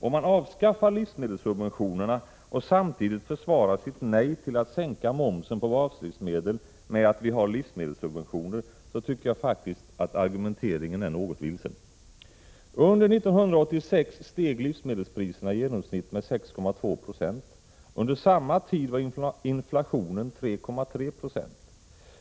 Om man avskaffar livsmedelssubventionerna och samtidigt försvarar sitt nej till att sänka momsen på baslivsmedel med att vi har livsmedelssubventioner, tycker jag faktiskt att argumenteringen är något vilsen. Under 1986 steg livsmedelspriserna med i genomsnitt 6,2 20. Under samma tid uppgick inflationen till 3,3 26.